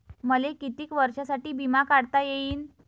मले कितीक वर्षासाठी बिमा काढता येईन?